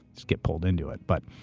just get pulled into it. but,